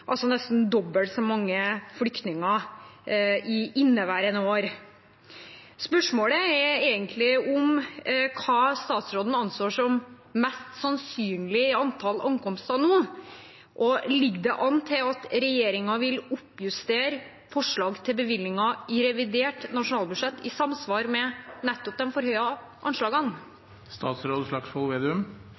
altså nesten dobbelt så mange flyktninger i inneværende år. Spørsmålet er egentlig hva statsråden anser som et mest sannsynlig antall ankomster nå, og ligger det an til at regjeringen vil oppjustere forslag til bevilgninger i revidert nasjonalbudsjett, i samsvar med nettopp de forhøyede anslagene?